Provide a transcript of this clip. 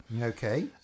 Okay